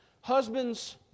Husbands